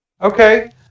Okay